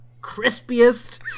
crispiest